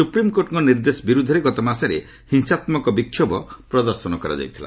ସୁପ୍ରିମ୍କୋର୍ଟଙ୍କ ନିର୍ଦ୍ଦେଶ ବିରୁଦ୍ଧରେ ଗତ ମାସରେ ହିଂସାତ୍କକ ବିକ୍ଷୋଭ ପ୍ରଦର୍ଶନ କରାଯାଇଥିଲା